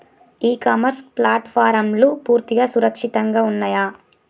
ఇ commerce ప్లాట్ఫారమ్లు పూర్తిగా సురక్షితంగా ఉన్నయా?